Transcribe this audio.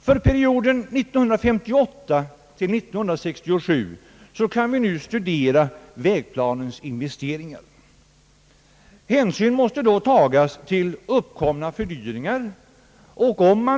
För perioden 1958—1967 kan vi nu studera vägplanens investeringar. Hänsyn måste tagas till uppkomna fördyringar.